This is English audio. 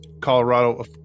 Colorado